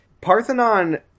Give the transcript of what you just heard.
Parthenon